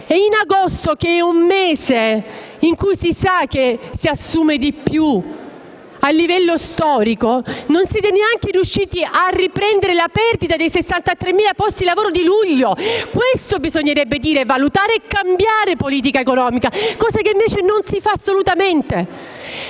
E in agosto, che è un mese in cui - come si sa - storicamente si assume di più, non siete neanche riusciti a recuperare la perdita dei 63.000 posti di lavoro di luglio. Questo bisognerebbe dire e valutare cambiando politica economica, cosa che invece non si fa assolutamente.